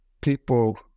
people